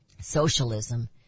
Socialism